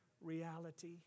reality